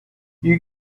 you